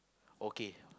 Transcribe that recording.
okay